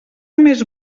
més